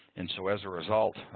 and so as a result,